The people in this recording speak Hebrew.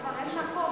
כי כבר אין מקום,